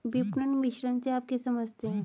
विपणन मिश्रण से आप क्या समझते हैं?